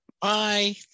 Bye